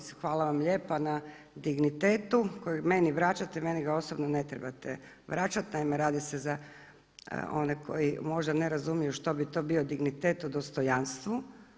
Mislim hvala vam lijepa na dignitetu kojeg meni vraćate, meni ga osobno ne trebate vraćati, naime radi se za one koji možda ne razumiju što bi to bio dignitet o dostojanstvu.